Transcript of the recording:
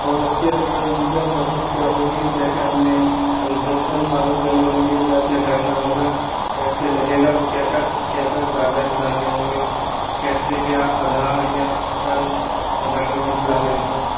और उसके लिए लीगल प्रोसेस क्या होगा क्या क्या हमें इन्ट्रक्सन फ़ालो करने होंगे क्या क्या कहना होगा कैसे मिलेगा और क्या क्या क्या क्या काग़ज़ लाने होंगे कैसे क्या आधार या अदर डाकुमेन्ट्स लाने होंगे